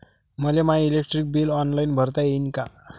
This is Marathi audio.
मले माय इलेक्ट्रिक बिल ऑनलाईन भरता येईन का?